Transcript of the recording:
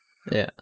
ya